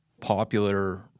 popular